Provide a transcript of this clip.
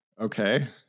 Okay